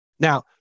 Now